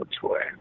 tour